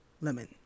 lemon